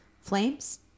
flames